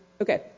Okay